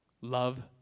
love